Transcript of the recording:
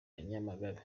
nyamagabe